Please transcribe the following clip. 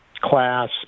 class